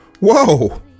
Whoa